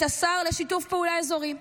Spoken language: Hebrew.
את השר לשיתוף פעולה אזורי,